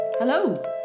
Hello